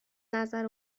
نظر